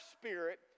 Spirit